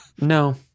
No